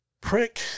prick